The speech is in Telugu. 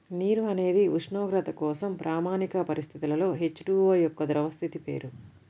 నీరు అనేది ఉష్ణోగ్రత కోసం ప్రామాణిక పరిస్థితులలో హెచ్.టు.ఓ యొక్క ద్రవ స్థితి పేరు